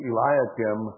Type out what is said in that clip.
Eliakim